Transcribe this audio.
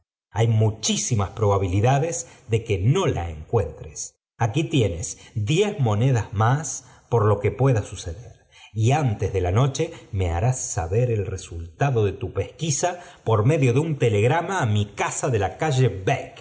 hay muchísimas probabilidades de que ño la encuentres aquí tienes diez monedas más por lo que pueda suceder y antes de la noche me harás saber el resultado de tu pesquisa por medio de un telegrama á mi casa de la calle